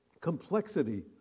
Complexity